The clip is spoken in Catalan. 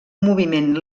moviment